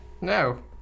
No